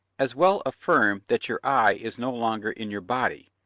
as well affirm that your eye is no longer in your body,